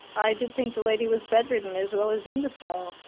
i did think the lady was bedridden as well as imbecile.